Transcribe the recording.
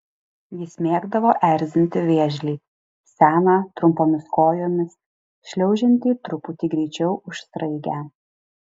jis mėgdavo erzinti vėžlį seną trumpomis kojomis šliaužiantį truputį greičiau už sraigę